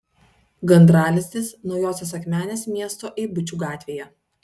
gandralizdis naujosios akmenės miesto eibučių gatvėje